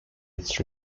its